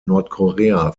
nordkorea